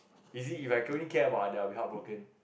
easy if I can only care about that I will be heart broken